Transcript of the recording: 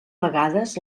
vegades